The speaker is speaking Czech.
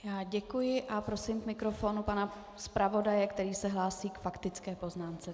Děkuji a prosím k mikrofonu pana zpravodaje, který se též hlásí k faktické poznámce.